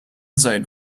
zoned